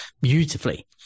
beautifully